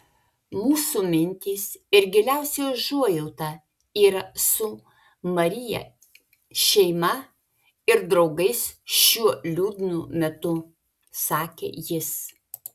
mūsų mintys ir giliausia užuojauta yra su maryje šeima ir draugais šiuo liūdnu metu sakė jis